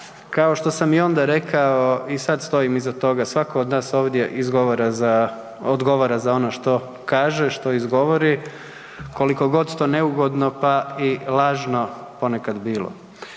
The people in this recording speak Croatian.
kao što sam i onda rekao i sad stojim iza toga, svatko od nas ovdje odgovara za ono što kaže, što izgovori, koliko god to neugodno pa i lažno ponekad bilo.